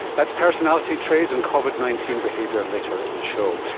that's personality traits and covid nineteen behaviour later in the show.